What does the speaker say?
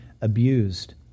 abused